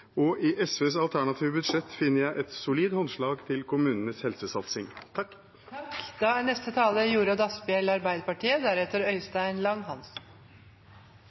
og i SVs alternative budsjett finner jeg et solid håndslag til kommunenes helsesatsing.